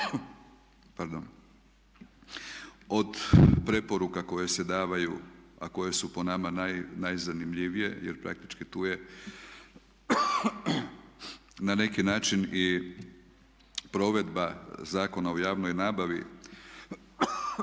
od preporuka koje se daju a koje su po nama najzanimljivije jer praktički tu je na neki i provedba Zakona o javnoj nabavi